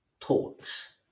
thoughts